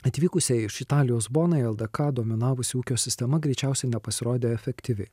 atvykusiai iš italijos bonai ldk dominavusi ūkio sistema greičiausiai nepasirodė efektyvi